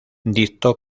dictó